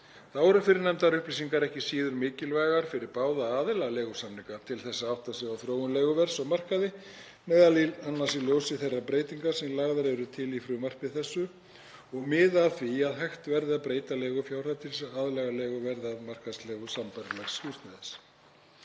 Þá eru fyrrnefndar upplýsingar ekki síður mikilvægar fyrir báða aðila leigusamninga til þess að átta sig á þróun leiguverðs á markaði m.a. í ljósi þeirra breytinga sem lagðar eru til í frumvarpi þessu og miða að því að hægt verði að breyta leigufjárhæð til þess að aðlaga leiguverð að markaðsleigu sambærilegs húsnæði.